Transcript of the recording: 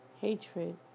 hatred